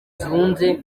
zunze